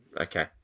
Okay